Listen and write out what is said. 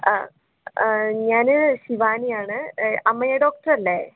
ആ ആ ഞാന് ശിവാനിയാണ് അമേയ ഡോക്ടറല്ലേ